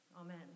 Amen